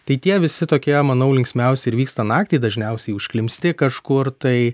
tai tie visi tokie manau linksmiausi ir vyksta naktį dažniausiai užklimpsti kažkur tai